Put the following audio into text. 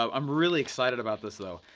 i'm really excited about this, though.